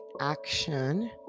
action